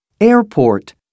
Airport